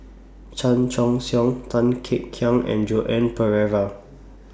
Chan Choy Siong Tan Kek Hiang and Joan Pereira